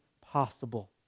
possible